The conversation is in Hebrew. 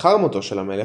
לאחר מותו של המלך,